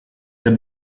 der